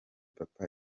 papa